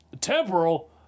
temporal